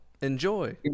enjoy